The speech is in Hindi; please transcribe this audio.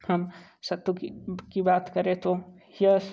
हम सत्तू की बात करें तो यह